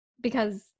because-